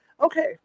Okay